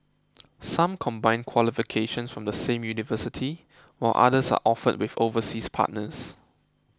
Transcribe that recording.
some combine qualifications from the same university while others are offered with overseas partners